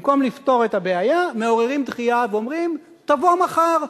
במקום לפתור את הבעיה מעוררים דחייה ואומרים: תבוא מחר.